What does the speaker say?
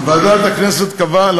ועדת הכנסת קבעה,